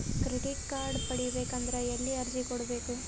Credit card ಪಡಿಬೇಕು ಅಂದ್ರ ಎಲ್ಲಿ ಅರ್ಜಿ ಕೊಡಬೇಕು?